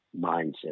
mindset